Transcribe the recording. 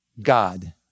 God